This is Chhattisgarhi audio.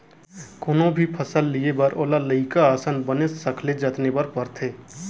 कोनो भी फसल लिये बर ओला लइका असन बनेच सखले जतने बर परथे